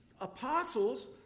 apostles